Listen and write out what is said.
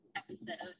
episode